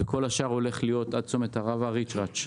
כל השאר הולך להיות עד צומת הערבה ריץ'-רץ'.